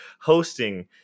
hosting